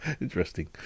Interesting